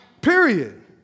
Period